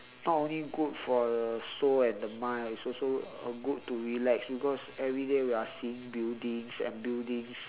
not only good for the soul and the mind ah it's also uh good to relax because everyday we are seeing buildings and buildings